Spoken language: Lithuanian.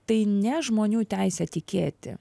tai ne žmonių teisę tikėti